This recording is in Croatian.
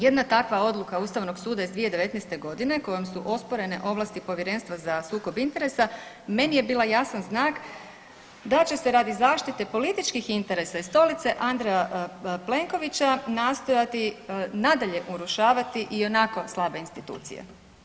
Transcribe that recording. Jedna takva odluka Ustavnog suda iz 2019. godine kojom su osporene ovlasti Povjerenstva za sukob interesa meni je bila jasan znak da će se radi zaštite političkih interesa i stolice Andreja Plenkovića nastojati nadalje urušavati ionako slabe institucije.